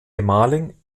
gemahlin